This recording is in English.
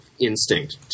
instinct